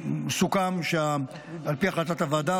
סוכם שעל פי החלטת הוועדה,